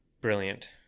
brilliant